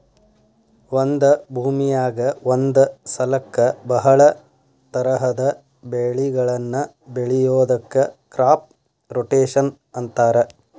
ಒಂದ ಭೂಮಿಯಾಗ ಒಂದ ಸಲಕ್ಕ ಬಹಳ ತರಹದ ಬೆಳಿಗಳನ್ನ ಬೆಳಿಯೋದಕ್ಕ ಕ್ರಾಪ್ ರೊಟೇಷನ್ ಅಂತಾರ